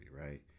right